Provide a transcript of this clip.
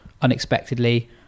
unexpectedly